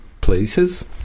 places